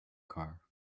car